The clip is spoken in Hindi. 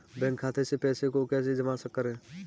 बैंक खाते से पैसे को कैसे जमा करें?